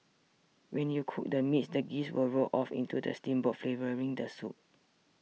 when you cook the meats the grease will roll off into the steamboat flavouring the soup